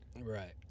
Right